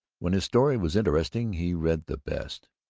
when his story was interesting he read the best,